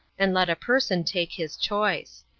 and let a person take his choice.